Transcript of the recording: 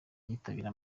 yitabira